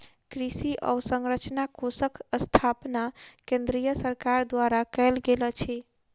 कृषि अवसंरचना कोषक स्थापना केंद्रीय सरकार द्वारा कयल गेल अछि